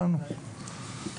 הבנו,